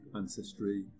ancestry